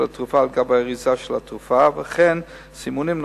התרופה על-גבי האריזה של התרופה וכן סימונים נוספים,